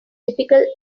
typical